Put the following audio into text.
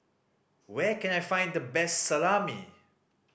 where can I find the best Salami